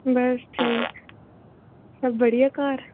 बस ठीक सब बड़िया घर